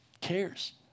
cares